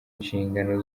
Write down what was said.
inshingano